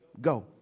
go